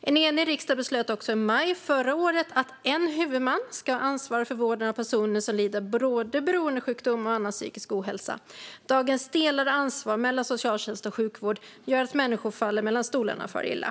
En enig riksdag beslöt också i maj förra året att en huvudman ska vara ansvarig för vården av personer som lider av både beroendesjukdom och annan psykisk ohälsa. Dagens delade ansvar mellan socialtjänst och sjukvård gör att människor faller mellan stolarna och far illa.